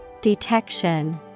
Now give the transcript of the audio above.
detection